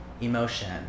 emotion